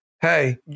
Hey